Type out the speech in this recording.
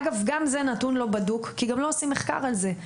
אגב, גם זה נתון לא בדוק, כי לא עושים מחקר על זה.